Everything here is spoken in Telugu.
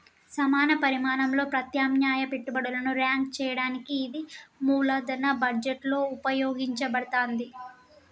సమాన పరిమాణంలో ప్రత్యామ్నాయ పెట్టుబడులను ర్యాంక్ చేయడానికి ఇది మూలధన బడ్జెట్లో ఉపయోగించబడతాంది